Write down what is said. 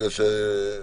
התש"ף